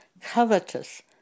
covetous